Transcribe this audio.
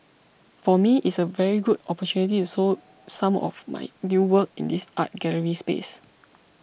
for me it's a very good opportunity so some of my new work in this art gallery space